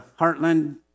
Heartland